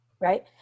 Right